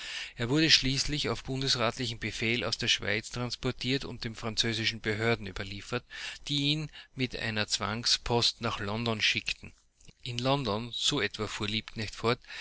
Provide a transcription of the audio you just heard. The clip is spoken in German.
er wurde schließlich auf bundesratlichen befehl aus der schweiz transportiert und den französischen behörden überliefert die ihn mit einer zwangspost nach london schickten in london so etwa fuhr liebknecht fort